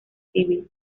civil